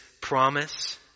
promise